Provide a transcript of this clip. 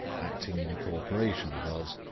acting in co-operation with us,